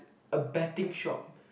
a betting shop